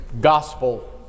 gospel